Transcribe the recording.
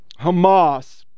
Hamas